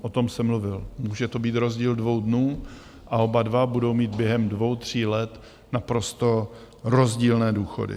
O tom jsem mluvil může to být rozdíl dvou dnů a oba dva budou mít během dvou, tří let naprosto rozdílné důchody.